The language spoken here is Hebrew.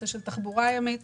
תחבורה ימית.